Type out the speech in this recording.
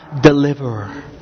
deliverer